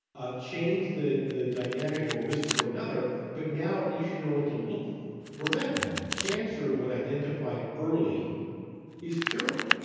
ah change the the dynamic or risk for another but now at least you know what to look for. remember, cancer when identified early is curable,